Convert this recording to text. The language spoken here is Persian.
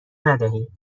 ندهیم